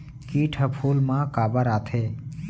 किट ह फूल मा काबर आथे?